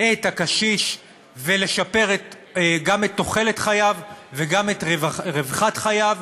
את הקשיש ולשפר גם את תוחלת חייו וגם את רווחת חייו,